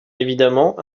évidemment